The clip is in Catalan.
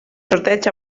sorteig